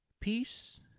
peace